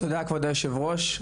תודה כבוד יושב הראש.